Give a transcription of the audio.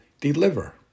deliver